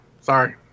Sorry